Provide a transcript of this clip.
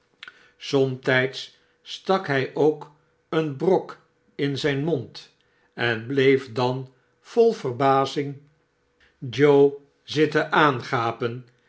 somtijds stak hij k een brok in zijn mond en bleef dan vol verbazing joe zitten aangapen